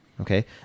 okay